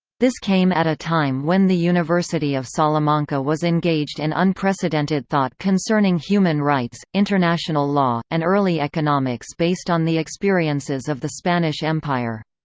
this came at a time when the university of salamanca was engaged in unprecedented thought concerning human rights, international law, and early economics based on the experiences of the spanish empire.